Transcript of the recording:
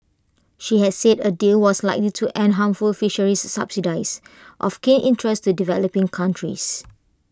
she has said A deal was likely to end harmful fisheries subsidies of keen interest to developing countries